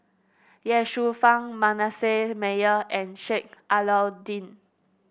Ye Shufang Manasseh Meyer and Sheik Alau'ddin